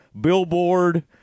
billboard